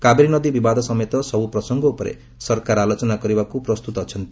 କାବେରୀ ନଦୀ ବିବାଦ ସମେତ ସବୁ ପ୍ରସଙ୍ଗ ଉପରେ ସରକାର ଆଲୋଚନା କରିବାକୁ ପ୍ରସ୍ତୁତ ଅଛନ୍ତି